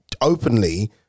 openly